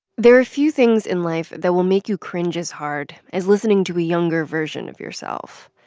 there are few things in life that will make you cringe as hard as listening to a younger version of yourself.